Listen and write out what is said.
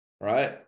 right